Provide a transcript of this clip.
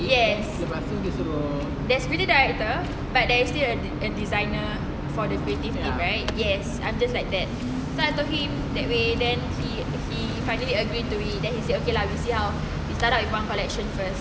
yes that's a beauty director but there's still a de~ designer for the fit right yes and staff like that so I told him that way then he he he finally agree to it then he said okay lah we see how we start out with one collection first